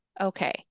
Okay